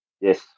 yes